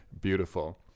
Beautiful